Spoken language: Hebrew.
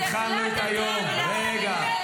קטי, רק התחלנו את היום, רגע.